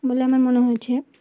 বলে আমার মনে হয়েছে